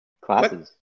classes